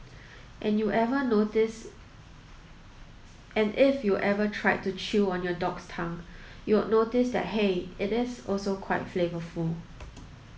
and you ever notice and if you ever tried to chew on your dog's tongue you'd notice that hey it is also quite flavourful